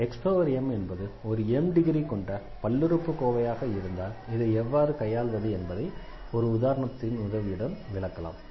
xm என்பது ஒரு m degree கொண்ட பல்லுறுப்புக்கோவையாக இருந்தால் இதை எவ்வாறு கையாள்வது என்பதை ஒரு உதாரணத்தின் உதவியுடன் விளக்கலாம்